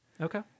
Okay